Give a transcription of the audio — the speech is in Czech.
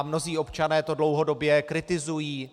Mnozí občané to dlouhodobě kritizují.